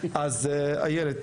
מושיאשוילי.